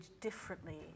differently